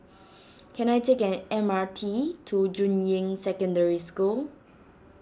can I take an M R T to Juying Secondary School